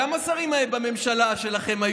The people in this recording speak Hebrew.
כמה שרים היו בממשלה שלכם,